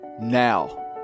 now